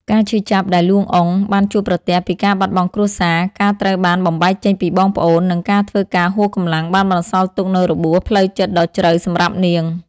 ការឈឺចាប់ដែល លួង អ៊ុង បានជួបប្រទះពីការបាត់បង់គ្រួសារ ការត្រូវបានបំបែកចេញពីបងប្អូន និងការធ្វើការហួសកម្លាំងបានបន្សល់ទុកនូវរបួសផ្លូវចិត្តដ៏ជ្រៅសម្រាប់នាង។